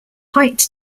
height